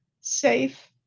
safe